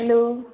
hello